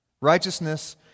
Righteousness